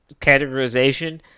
categorization